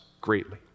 greatly